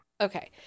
okay